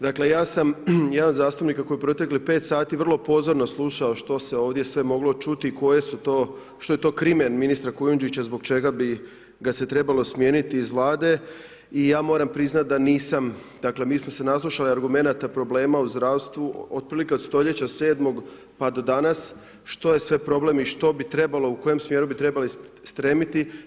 Dakle, ja sam jedan od zastupnika koji je proteklih pet sati vrlo pozorno slušao što se ovdje sve moglo čuti, koje su to, što je to krimen ministra Kujundžića zbog čega bi ga se trebalo smijeniti iz Vlade i ja moram priznati da nisam, dakle, mi smo se naslušali argumenata i problema u zdravstvu otprilike od stoljeća sedmog, pa do danas, što je sve problem i što bi trebalo, u kojem smjeru bi trebali stremiti.